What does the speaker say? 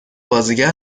بازیگر